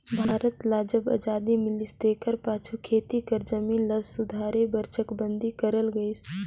भारत ल जब अजादी मिलिस तेकर पाछू खेती कर जमीन ल सुधारे बर चकबंदी करल गइस